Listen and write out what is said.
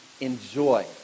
enjoy